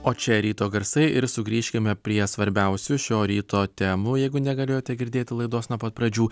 o čia ryto garsai ir sugrįžkime prie svarbiausių šio ryto temų jeigu negalėjote girdėti laidos nuo pat pradžių